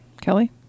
Kelly